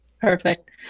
Perfect